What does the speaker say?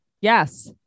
Yes